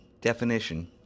definition